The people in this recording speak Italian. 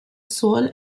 soul